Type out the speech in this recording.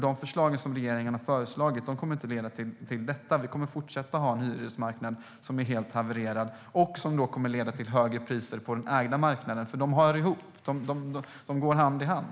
Det som regeringen har föreslagit kommer inte att leda till detta, utan vi kommer att fortsätta att ha en hyresmarknad som har havererat helt och som leder till högre priser på den ägda marknaden, för de hör ihop - de går hand i hand.